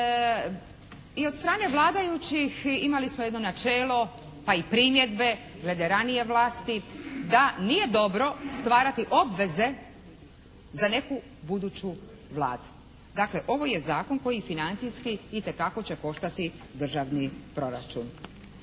I od strane vladajućih imali smo jedno načelo pa i primjedbe glede ranije vlasti da nije dobro stvarati obveze za neku buduću vladu. Dakle ovo je zakon koji financijski itekako će koštati državni proračun.